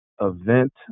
event